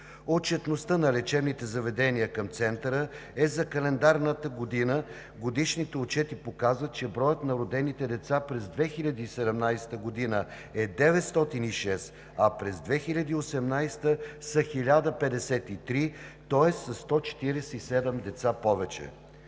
Отчетността на лечебните заведения към Центъра е за календарната година. Годишните отчети показват, че броят на родените деца през 2017 г. е 906, а през 2018 г. е 1053, тоест със 147 деца повече.